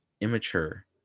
immature